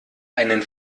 einen